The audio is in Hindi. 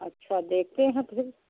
अच्छा देखते हैं फिर